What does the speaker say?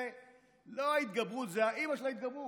זה לא ההתגברות, זה האימא של ההתגברות.